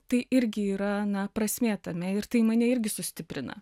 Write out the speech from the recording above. tai irgi yra na prasmė tame ir tai mane irgi sustiprina